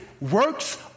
works